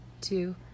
two